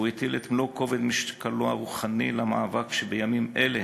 והוא הטיל את מלוא כובד משקלו הרוחני למאבק שבימים אלה